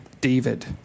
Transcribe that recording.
David